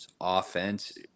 offense